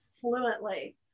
fluently